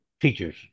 teachers